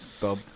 Bob